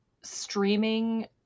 streaming